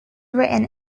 written